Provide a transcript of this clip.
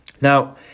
Now